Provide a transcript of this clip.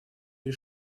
три